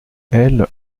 elles